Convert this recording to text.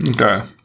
Okay